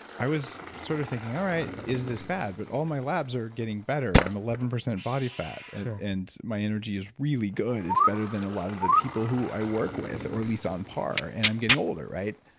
i was sort of thinking, all right, is this bad? but all my labs are getting better. i'm eleven percent body fat and my energy is really good. it's better than a lot of the people who i work with or at least on par, and i'm getting older, right?